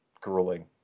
grueling